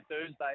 Thursday